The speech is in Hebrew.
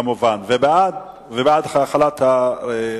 כמובן, ובעד החלת הרציפות.